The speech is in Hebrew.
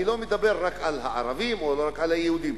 אני לא מדבר רק על הערבים או רק על היהודים,